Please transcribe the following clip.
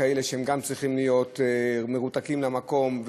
כאלה שגם צריכים להיות מרותקים למקום,